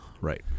Right